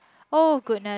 oh goodness